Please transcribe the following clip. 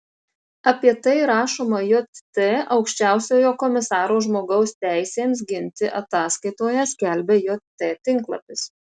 apie tai rašoma jt aukščiausiojo komisaro žmogaus teisėms ginti ataskaitoje skelbia jt tinklapis